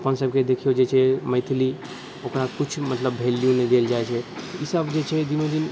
अपन सबके देखिऔ जे छै मैथिली ओकरा किछु मतलब वैल्यू नहि देल जाइ छै ईसब जे छै दिनोदिन